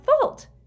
fault